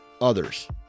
others